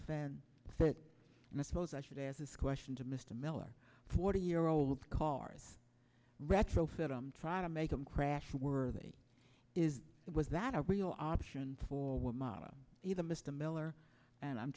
that and i suppose i should ask this question to mr miller forty year old cars retrofit i'm trying to make them crash worthy is it was that a real option for what model either mr miller and i'm